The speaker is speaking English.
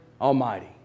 Almighty